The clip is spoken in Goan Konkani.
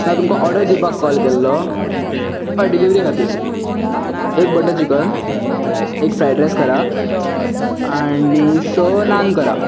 ना तुमका ऑर्डर दिवपाक कॉल केल्लो हय डिलीवरी खातीर एक बटर चिकन एक फ्रायड रायस करा आनी स नान करा